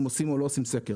אם עושים או לא עושים סקר,